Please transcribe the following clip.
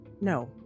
no